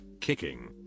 kicking